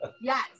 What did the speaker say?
Yes